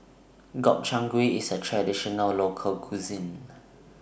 Gobchang Gui IS A Traditional Local Cuisine